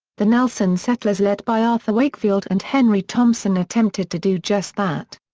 the nelson settlers led by arthur wakefield and henry thompson attempted to do just that.